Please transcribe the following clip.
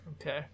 Okay